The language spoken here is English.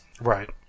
Right